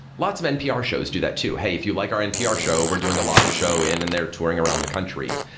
lots of npr shows do that too, hey, if you like our npr show, we're doing a live show in, and they're touring around the country.